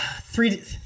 three